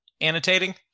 annotating